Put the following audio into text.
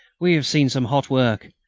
we have seen some hot work,